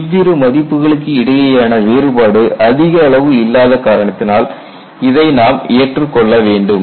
இவ்விரு மதிப்புகளுக்கு இடையேயான வேறுபாடு அதிக அளவு இல்லாத காரணத்தினால் இதை நாம் ஏற்றுக்கொள்ள வேண்டும்